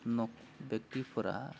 नक बेकथिफोरा